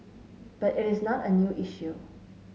but it is not a new issue